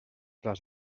les